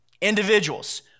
individuals